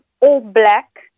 all-black